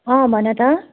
अँ भन त